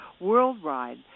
worldwide